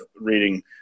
reading